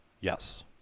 Yes